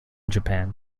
japan